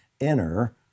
enter